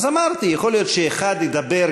אז אמרתי: יכול להיות שאחד ידבר,